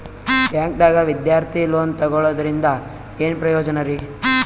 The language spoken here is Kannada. ಬ್ಯಾಂಕ್ದಾಗ ವಿದ್ಯಾರ್ಥಿ ಲೋನ್ ತೊಗೊಳದ್ರಿಂದ ಏನ್ ಪ್ರಯೋಜನ ರಿ?